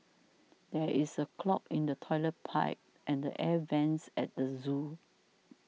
there is a clog in the Toilet Pipe and Air Vents at the zoo